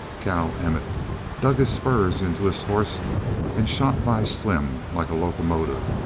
cal emmett dug his spurs into his horse and shot by slim like a locomotive,